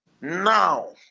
Now